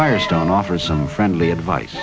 firestone offers some friendly advice